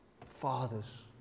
Fathers